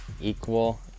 Equal